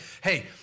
Hey